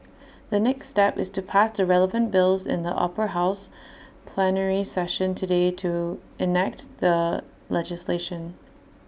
the next step is to pass the relevant bills in the Upper House plenary session today to enact the legislation